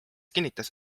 kinnitas